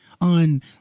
on